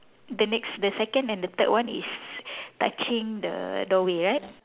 the next the second and the third one is touching the doorway right